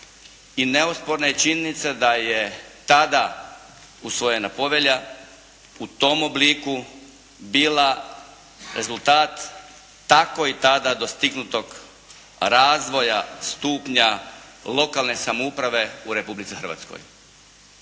neosporna je činjenica da je tada usvojena Povelja u tom obliku bila rezultat tako i tada dostignutog razvoja stupnja lokalne samouprave u Republici Hrvatskoj.